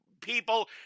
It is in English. people